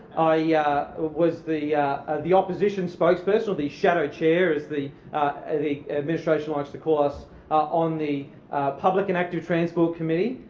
ah yeah was the the opposition spokesperson or the shadow chair as the ah the administration likes to call us on the public and active transport committee,